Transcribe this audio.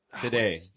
today